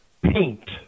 paint